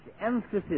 emphasis